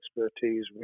expertise